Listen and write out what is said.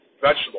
vegetable